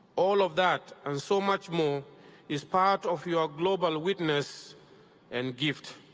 all of that and so much more is part of your global witness and gift,